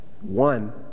one